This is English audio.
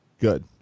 Good